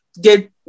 Get